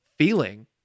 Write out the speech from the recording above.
feeling